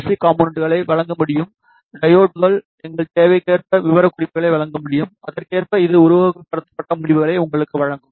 C காம்போனென்ட்களை வழங்க முடியும் டையோட்கள் எங்கள் தேவைக்கேற்ப விவரக்குறிப்புகளை வழங்க முடியும் அதற்கேற்ப இது உருவகப்படுத்தப்பட்ட முடிவுகளை உங்களுக்கு வழங்கும்